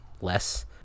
less